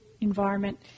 environment